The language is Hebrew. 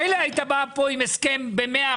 מילא היית בא פה עם הסכם ב-100%,